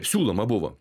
siūloma buvo